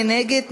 מי נגד?